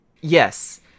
Yes